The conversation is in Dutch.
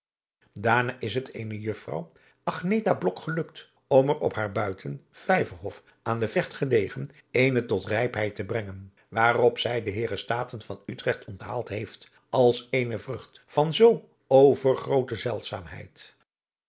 daarna is het eene mejuffrouw agneta blok gelukt om er op haar buiten vijverhof aan de vecht gelegen eenen tot rijpheid te brengen waarop adriaan loosjes pzn het leven van johannes wouter blommesteyn zij de heeren staten van utrecht onthaald heeft als eene vrucht van zoo overgroote